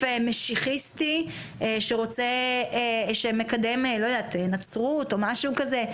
משיחיסטי שמקדם נצרות או משהו כזה,